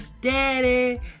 daddy